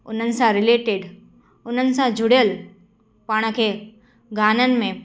उन्हनि सां रिलेटिड उन्हनि सां जुड़ियलु पाण खे गाननि में